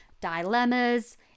dilemmas